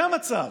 זה המצב.